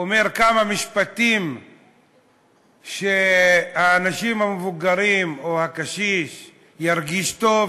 אומר כמה משפטים שהאנשים המבוגרים או הקשישים ירגישו טוב,